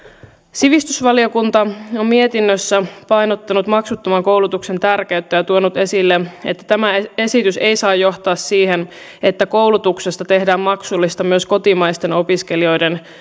sivistysvaliokunta on mietinnössään painottanut maksuttoman koulutuksen tärkeyttä ja tuonut esille että tämä esitys ei saa johtaa siihen että koulutuksesta tehdään maksullista myös kotimaisten opiskelijoiden